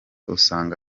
usanga